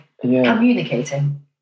communicating